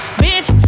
bitch